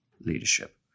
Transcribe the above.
leadership